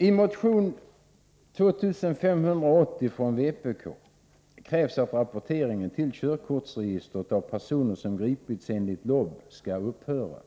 I motion 2580 från vpk krävs att rapporteringen till körkortsregistret av personer som gripits enligt LOB skall upphöra.